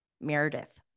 Meredith